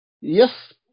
Yes